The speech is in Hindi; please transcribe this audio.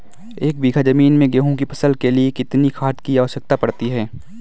एक बीघा ज़मीन में गेहूँ की फसल के लिए कितनी खाद की आवश्यकता पड़ती है?